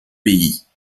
pays